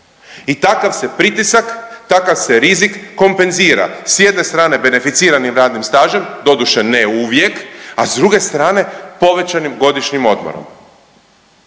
I takav se pritisak, takav se rizik kompenzira s jedne strane beneficiranim radnim stažem doduše ne uvijek, a s druge strane povećanim godišnjim odmorom.